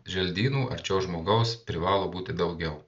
želdynų arčiau žmogaus privalo būti daugiau